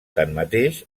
tanmateix